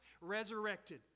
resurrected